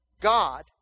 God